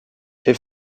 est